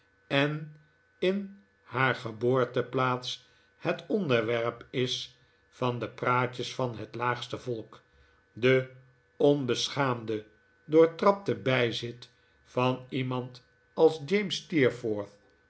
en in haar geboorteplaats het onderwerp is van de praatjes van het laagste volk de onbeschaamde doortrapte bijzit van iemand als